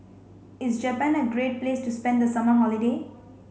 is Japan a great place to spend the summer holiday